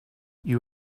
you